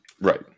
Right